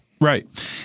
Right